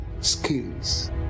skills